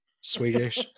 Swedish